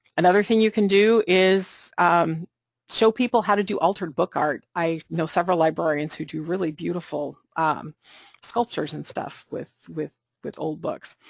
another thing you can do is show people how to do altered book art, i know several librarians who do really beautiful um sculptures and stuff with with old books,